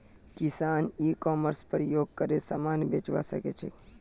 किसान e commerce प्रयोग करे समान बेचवा सकछे